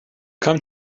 come